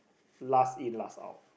last in last out